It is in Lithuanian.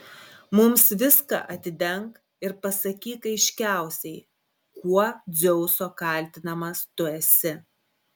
mums viską atidenk ir pasakyk aiškiausiai kuo dzeuso kaltinamas tu esi